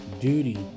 duty